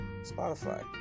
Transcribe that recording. Spotify